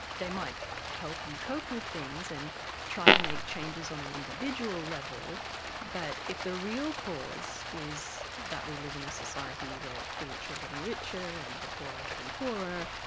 they might help you cope with things and try to make changes on an individual level but if the real cause is that we live in a society where the rich are getting richer and the poor are getting poorer,